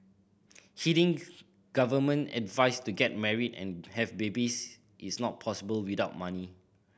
heeding government's advice to get married and have babies is not possible without money